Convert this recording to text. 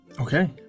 Okay